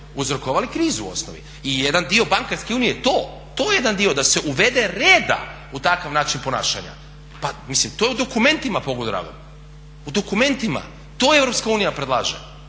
uzrokovali krizu u osnovi i jedan dio bankarske unije je to. To je jedan dio, da se uvede reda u takav način ponašanja. Mislim to je u dokumentu pobogu dragom, u dokumentima. To Europska unija